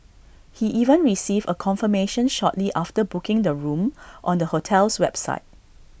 he even received A confirmation shortly after booking the room on the hotel's website